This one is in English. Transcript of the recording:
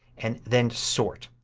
and then sort.